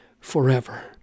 forever